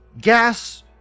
gas